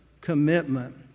commitment